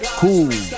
cool